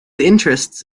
interests